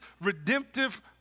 redemptive